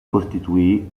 costituì